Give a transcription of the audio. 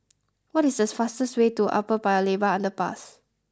what is the fastest way to Upper Paya Lebar Underpass